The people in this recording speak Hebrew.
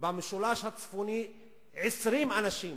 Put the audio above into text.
ובמשולש הצפוני, 20 אנשים.